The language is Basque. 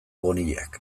bonillak